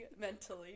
mentally